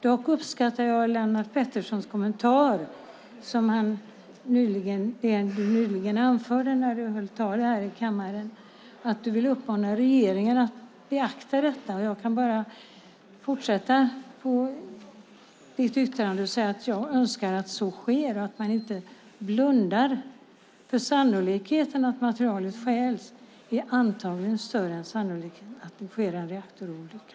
Dock uppskattar jag Lennart Petterssons kommentar om att han vill uppmana regeringen att beakta detta. Jag kan bara instämma i att jag önskar att så sker och att man inte blundar. Sannolikheten att materialet stjäls är antagligen större än sannolikheten att det sker en reaktorolycka.